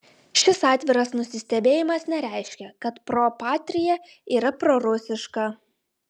šis atviras nusistebėjimas nereiškia kad pro patria yra prorusiška